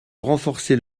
renforcer